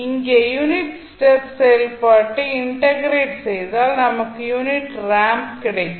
இங்கே unit step செயல்பாட்டை integrate செய்தால் நமக்கு யூனிட் ரேம்ப் கிடைக்கும்